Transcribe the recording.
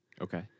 Okay